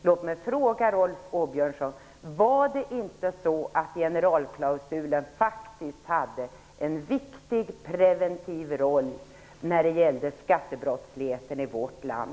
Låt mig fråga Rolf Åbjörnsson: Var det inte så att generalklausulen faktiskt hade en viktig preventiv effekt mot skattebrottsligheten i vårt land?